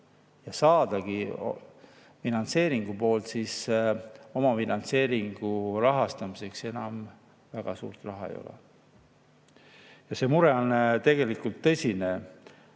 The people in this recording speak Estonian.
ja saadagi finantseeringut, siis omafinantseeringu rahastamiseks enam väga suurt raha ei ole. See mure on tegelikult tõsine.